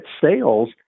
sales